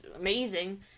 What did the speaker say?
amazing